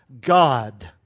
God